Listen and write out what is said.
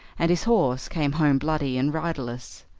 and his horse came home bloody and riderless.